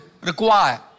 require